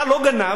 אתה לא גנב,